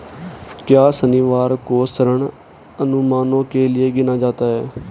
क्या शनिवार को ऋण अनुमानों के लिए गिना जाता है?